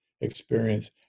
experience